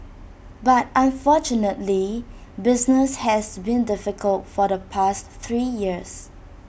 but unfortunately business has been difficult for the past three years